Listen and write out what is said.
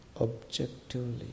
objectively